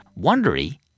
Wondery